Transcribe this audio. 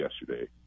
yesterday